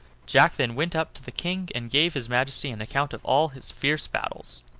jack then went up to the king, and gave his majesty an account of all his fierce battles.